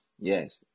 Yes